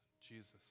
Jesus